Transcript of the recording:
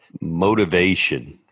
motivation